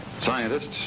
Scientists